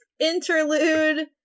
interlude